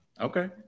okay